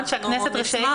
אנחנו נשמח.